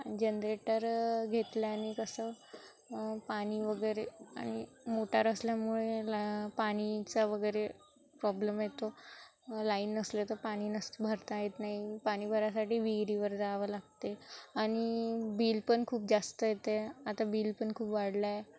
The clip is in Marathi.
आणि जनरेटर घेतल्याने कसं पाणी वगैरे आणि मोटार असल्यामुळे ला पाणीचा वगैरे प्रॉब्लेम येतो लाईन नसलं तर पाणी नस भरता येत नाही पाणी भरायसाठी विहिरीवर जावं लागते आणि बिल पण खूप जास्त येते आता बिल पण खूप वाढलं आहे